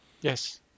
Yes